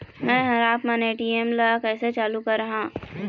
मैं हर आपमन ए.टी.एम ला कैसे चालू कराहां?